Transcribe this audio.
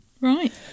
right